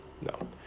No